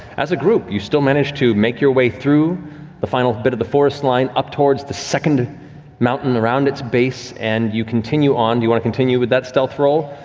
as a group, you still manage to make your way through the final bit of the forest line, up towards the second mountain, around its base, and you continue on, do you want to continue with that stealth roll?